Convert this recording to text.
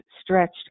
stretched